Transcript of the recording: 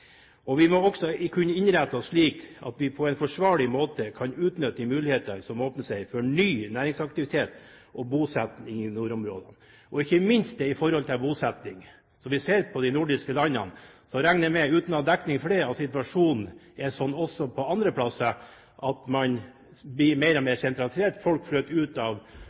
Vi må også kunne innrette oss slik at vi på en forsvarlig måte kan utnytte de mulighetene som åpner seg for ny næringsaktivitet og bosetting i nordområdene. Når vi ser på bosetting, regner jeg med, uten å ha dekning for det, at situasjonen er sånn også på andre plasser som i de nordiske landene, at man blir mer og mer sentralisert. Folk flytter ut av